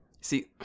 See